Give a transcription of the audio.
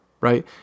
right